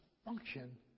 function